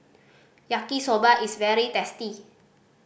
Yaki Soba is very tasty